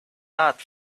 not